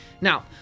Now